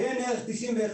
עיין ערך 91',